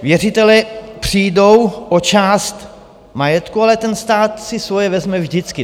Věřitelé přijdou o část majetku, ale ten stát si svoje vezme vždycky.